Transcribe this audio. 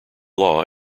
law